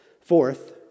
Fourth